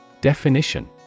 Definition